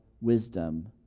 wisdom